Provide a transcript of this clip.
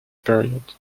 period